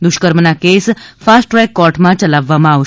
દુષ્કર્મના case fast track કોર્ટમાં ચલાવવામાં આવશે